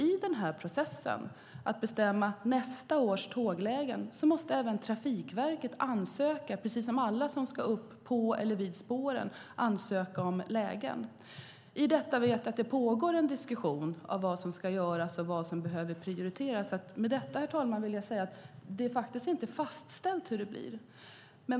I denna process att bestämma nästa års tåglägen måste även Trafikverket, precis som alla som ska upp på eller vid spåren, ansöka om lägen. Jag vet att det pågår en diskussion om vad som ska göras och vad som behöver prioriteras. Med detta, herr talman, vill jag säga att det inte är fastställt hur det blir.